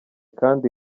kandi